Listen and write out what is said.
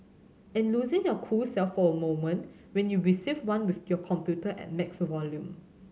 and losing your cool self for a moment when you receive one with your computer at max volume